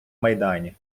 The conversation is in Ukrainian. майдані